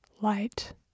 light